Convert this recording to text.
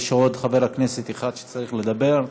יש עוד חבר כנסת אחד שצריך לדבר.